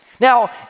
Now